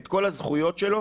את כל הזכויות שלו,